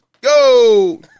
go